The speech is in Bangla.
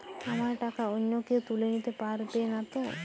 আমার টাকা অন্য কেউ তুলে নিতে পারবে নাতো?